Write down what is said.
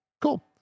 Cool